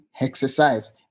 exercise